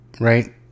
right